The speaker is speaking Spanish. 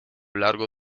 largo